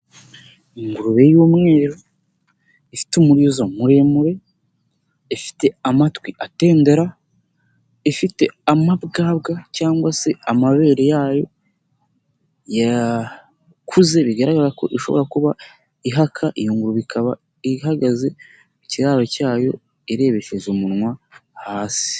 Ingurube y'umweru ifite umurizo muremure, ifite amatwi atendera, ifite amabwabwa cyangwa se amabere yayo, yakuze bigaragara ko ishobora kuba ihaka, iyo ngurube ikaba ihagaze ku kiraro cyayo irebesheje umunwa hasi.